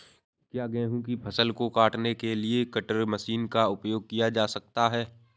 क्या गेहूँ की फसल को काटने के लिए कटर मशीन का उपयोग किया जा सकता है?